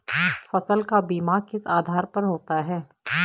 फसल का बीमा किस आधार पर होता है?